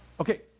Okay